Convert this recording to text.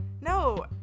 No